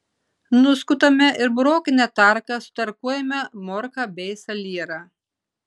nuskutame ir burokine tarka sutarkuojame morką bei salierą